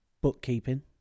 bookkeeping